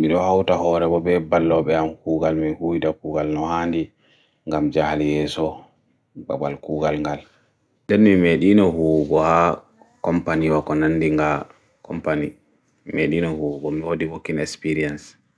miɗo hauta hoore bee bo be balloɓe am kuugal minhuwida kuugal no haandi ngam jahal yeeso babal kuugal ngal, nde mimeeɗino huwugo ha kompaniiwa ko nandi ngaa kompani, mimeɗino huwugo mido working experience.